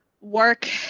work